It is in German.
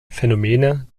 phänomene